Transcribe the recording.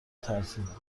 ترسیدم